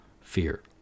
fear